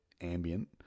ambient